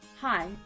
Hi